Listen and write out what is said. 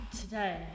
today